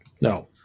No